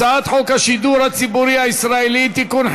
הצעת חוק השידור הציבורי הישראלי (תיקון,